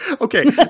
Okay